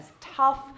tough